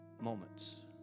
moments